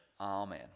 Amen